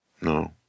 No